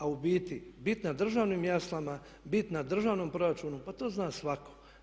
A u biti, bit na držanim jaslama, bit na državnom proračunu pa to zna svatko.